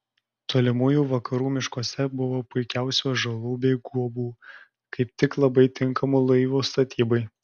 tolimųjų vakarų miškuose buvo puikiausių ąžuolų bei guobų kaip tik labai tinkamų laivo statybai